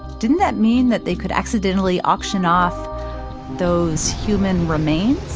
didn't that mean that they could accidentally auction off those human remains?